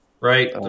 right